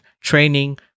training